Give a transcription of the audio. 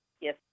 Yes